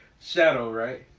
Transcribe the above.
shadow right?